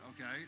okay